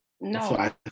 No